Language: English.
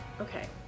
Okay